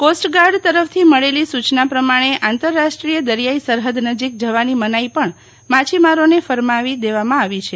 coast guard તરફ થી મળેલી સુચના પ્રમાણે આંતરાષ્ટ્રીય દરિયાઈ સરફદ નજીક જવાની મનાઈ પણ માછીમારોને ફરમાવી દેવામાં આવી છે